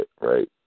right